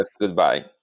Goodbye